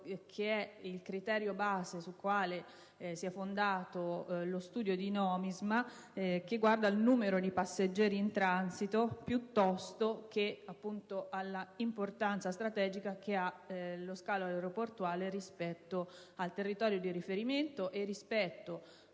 conto del criterio base sul quale si è fondato lo studio di Nomisma, che guarda al numero di passeggeri in transito piuttosto che all'importanza strategica di uno scalo aeroportuale rispetto al territorio di riferimento, soprattutto